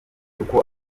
uko